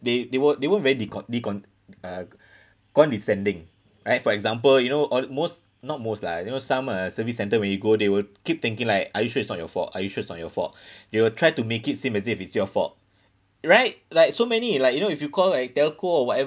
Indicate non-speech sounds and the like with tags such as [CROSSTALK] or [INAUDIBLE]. they they weren't they weren't very decon~ decon~ uh condescending right for example you know all most not most lah you know some uh service centre when you go they will keep thinking like are you sure it's not your fault are you sure it's not you fault [BREATH] they will try to make it seem as if it's your fault right like so many like you know if you call like telco or whatever